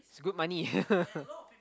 it's good money